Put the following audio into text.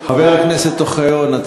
חבר הכנסת אוחיון,